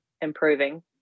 improving